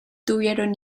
tuvieron